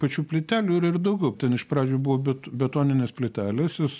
pačių plytelių yra ir daugiau ten iš pradžių buvo bet betoninės plytelės jos